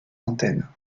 antennes